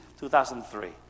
2003